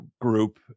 Group